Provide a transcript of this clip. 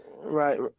right